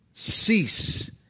Cease